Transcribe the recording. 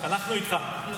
אנחנו איתך.